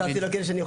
תודה.